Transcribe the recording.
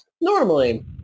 Normally